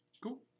cool